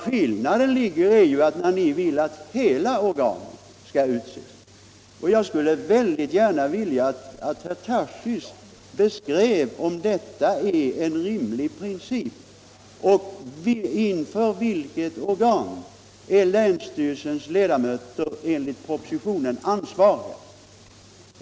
Skillnaden är att ni vill att hela organet skall utses av landstinget. Jag skulle gärna vilja att herr Tarschys svarade på om det är en rimlig princip. Inför vilket organ är länstyrelsens ledamöter enligt propositionens förslag ansvariga?